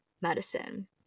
medicine